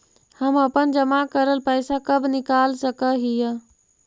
हम अपन जमा करल पैसा कब निकाल सक हिय?